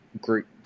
group